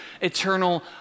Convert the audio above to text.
eternal